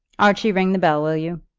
archie, ring the bell, will you?